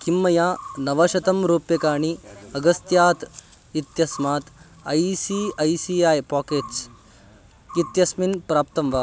किं मया नवशतं रूप्यकाणि अगस्त्या इत्यस्मात् I C I C I pockets इत्यस्मिन् प्राप्तं वा